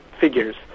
figures